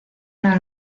una